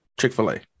chick-fil-a